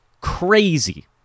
crazy